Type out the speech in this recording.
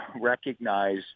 recognize